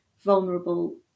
vulnerable